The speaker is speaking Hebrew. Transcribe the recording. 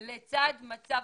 לצד מצב